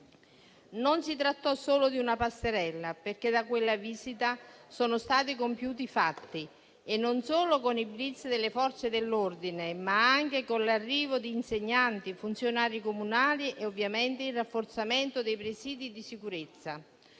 Non si trattò solo di una passerella, perché a seguito di quella visita sono stati compiuti i fatti, e non solo con i *blitz* delle Forze dell'ordine, ma anche con l'arrivo di insegnanti e funzionari comunali e ovviamente con il rafforzamento dei presidi di sicurezza.